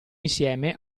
insieme